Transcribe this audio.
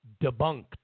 debunked